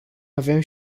avem